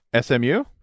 SMU